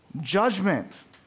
judgment